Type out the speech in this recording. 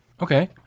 Okay